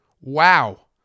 Wow